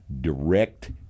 direct